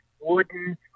wooden